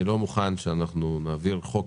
אני לא מוכן שנעביר חוק